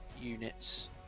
units